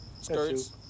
skirts